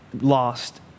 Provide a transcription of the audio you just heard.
lost